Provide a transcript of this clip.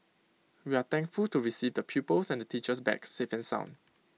we are thankful to receive the pupils and the teachers back sound and safe